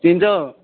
चिन्छौ